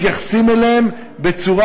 מתייחסים אליהם בצורה,